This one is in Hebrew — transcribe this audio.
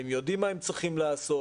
הם יודעים מה הם צריכים לעשות.